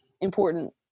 important